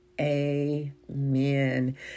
Amen